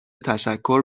تشکر